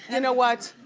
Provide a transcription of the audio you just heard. and know what?